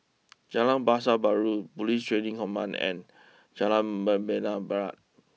Jalan Pasar Baru police Training Command and Jalan Membina Barat